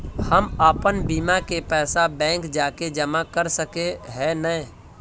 हम अपन बीमा के पैसा बैंक जाके जमा कर सके है नय?